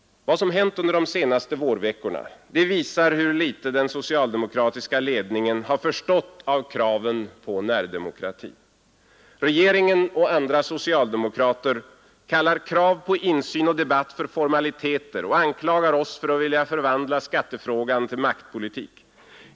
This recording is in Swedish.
Vad som hänt de senaste vårveckorna visar hur lite den socialdemokratiska ledningen har förstått av kraven på närdemokrati. Regeringen och andra socialdemokrater kallar krav på insyn och debatt för formaliteter och anklagar oss för att vilja förvandla skattefrågan till maktpolitik.